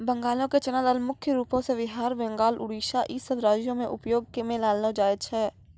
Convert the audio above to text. बंगालो के चना दाल मुख्य रूपो से बिहार, बंगाल, उड़ीसा इ सभ राज्यो मे उपयोग मे लानलो जाय छै